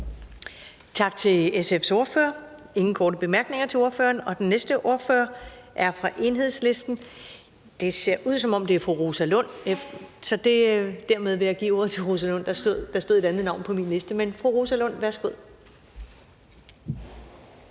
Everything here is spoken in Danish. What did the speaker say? Tak til SF's ordfører. Ingen korte bemærkninger til ordføreren, og den næste ordfører er fra Enhedslisten. Det ser ud, som om det er fru Rosa Lund, så derfor vil jeg give ordet til fru Rosa Lund. Værsgo. Der stod et andet navn på min liste, men værsgo, fru Rosa Lund. Kl.